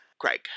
Craig